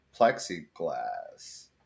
plexiglass